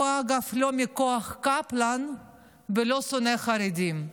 אגב, הוא לא מכוח קפלן ולא שונא חרדים.